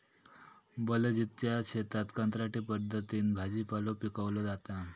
बलजीतच्या शेतात कंत्राटी पद्धतीन भाजीपालो पिकवलो जाता